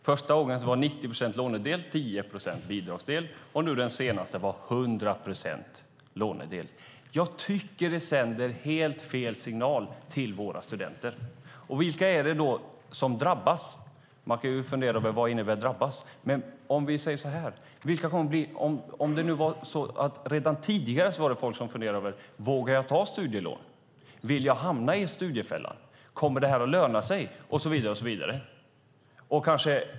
Första gången var 90 procent lånedel och 10 procent bidragsdel, och nu senast är 100 procent lånedel. Jag tycker att det sänder helt fel signal till våra studenter. Vilka är det då som drabbas? Man kan ju fundera över vad "drabbas" innebär. Men jag kan säga så här. Redan tidigare var det folk som funderade: Vågar jag ta studielån? Vill jag hamna i en studiefälla? Kommer det här att löna sig?